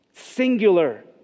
singular